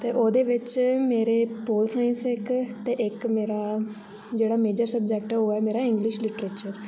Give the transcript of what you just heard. ते ओह्दे बिच्च मेरे पोल साइंस इक ते इक मेरा जेह्ड़ा मेजर सब्जेक्ट ऐ ओह् ऐ मेरा इंग्लिश लिट्रेचर